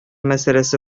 мәсьәләсе